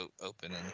open